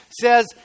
says